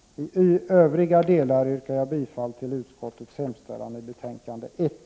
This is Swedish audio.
I övriga delar yrkar jag bifall till utskottets hemställan i betänkande 1.